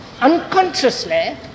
unconsciously